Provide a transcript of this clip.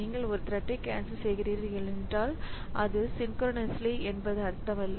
நீங்கள் ஒரு த்ரெட்டை கேன்சல் செய்கிறீர்கள் என்றால் அது சின்கொரோனஸ்லி என்பது அர்த்தமல்ல